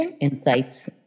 insights